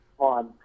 on